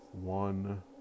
One